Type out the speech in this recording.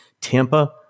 Tampa